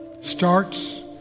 Starts